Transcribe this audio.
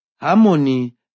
harmony